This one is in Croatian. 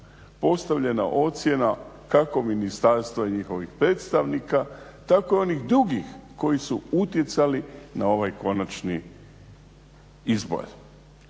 postavljena ocjena kako ministarstva i njihovih predstavnika tako i onih drugih koji su utjecali na ovaj konačni izbor.